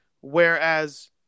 whereas